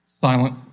Silent